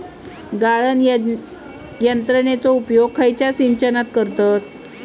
गाळण यंत्रनेचो उपयोग खयच्या सिंचनात करतत?